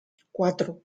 cuatro